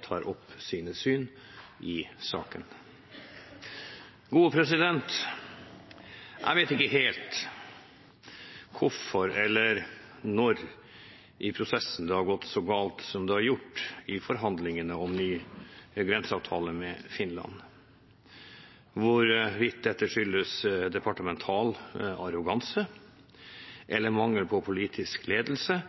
tar opp sine syn i saken. Jeg vet ikke helt hvorfor eller når i prosessen det har gått så galt som det har gjort i forhandlingene om ny grenseavtale med Finland. Hvorvidt dette skyldes departemental arroganse eller mangel på politisk ledelse,